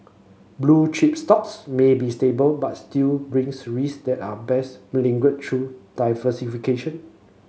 blue chip stocks may be stable but still brings risks that are best mitigated through diversification